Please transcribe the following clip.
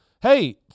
hey